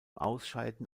ausscheiden